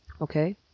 okay